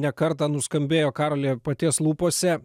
ne kartą nuskambėjo karoli paties lūpose